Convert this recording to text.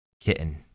kitten